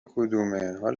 کدومه